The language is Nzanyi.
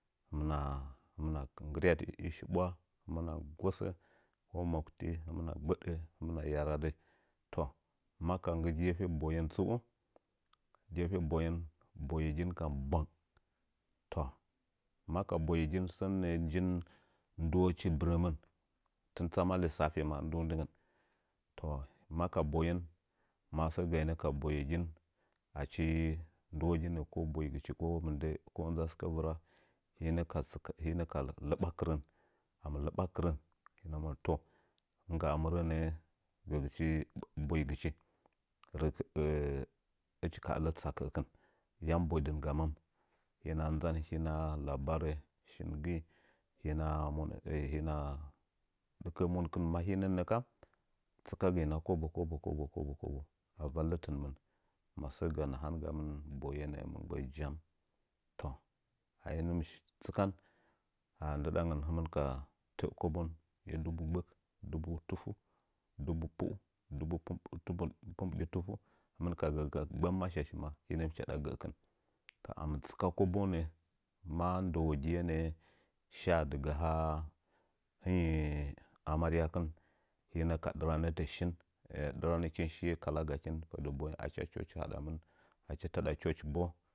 Hɨmna nggɨryadf in shiɓwa hɨmna nggosə ma mauktɨ hɨmna gbəɗə hɨmna yanadɨ toh ma ka nggi gefe boyen fbuh gefe boyen boyegin kam bwang toh maka boyegin sən nə'ə njin ndɨwuchi bɨrəmən tɨn tsama lisafi ma dudingən toh maka boyen ma səə gainə ka boyegin achi dɨwoginə ko bəgɨchi ko mɨndə kolnzə asɨkə vɨra hinə ka tsɨkə ka lɨ ba kɨrən mɨ lɨba kɨrən hɨmɨn nɨgga'a murə nə'ə gəgɨchi, boi gɨchi rɨa hɨchi ka ələ tsakəkin yam bodɨnganɨn hinə nzam hina labarə shin gəi hinəa monə dɨkə mənkɨn tsɨkagəina kobə kobo avallttɨnmɨn masə gamɨn nahan gamtɨn boye nə'ə mɨ gə jam to achi hinən tsɨkan ndɨdan hɨmɨn ka tə'ə kobon dubu gbək dubu tuf dubu pu dubu pumbidi tuf hinka gə gbamashi hinəm chaɗa gə'əkɨn mɨ tsɨka kobo nə'ə ma ndəwəgiye nə'ə sha dɨgaa hɨnggi amarya kɨn hinə ka dɨranətə shin diranəkin shiye nə'ə kalagakin fədə bəyen achi achochi hadamɨn achi taɗa achochi bo